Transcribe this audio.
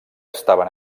estaven